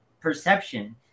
perception